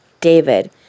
David